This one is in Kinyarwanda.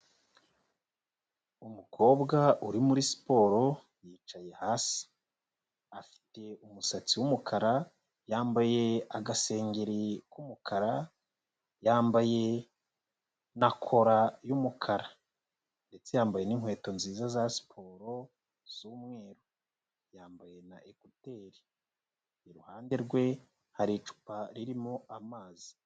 Umukobwa uri muri siporo yicaye hasi, afite umusatsi w'umukara yambaye agasengeri k'umukara, yambaye na kora y'umukara ndetse yambaye n'inkweto nziza za siporo z'umweru, yambaye na ekuteri, iruhande rwe hari icupa ririmo amazi.